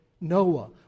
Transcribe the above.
Noah